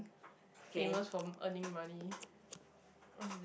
K